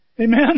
Amen